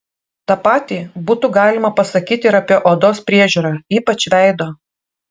tą patį būtų galima pasakyti ir apie odos priežiūrą ypač veido